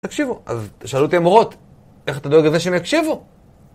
תקשיבו, אז שאלו אותי המורות, איך אתה דואג לזה שהם יקשיבו?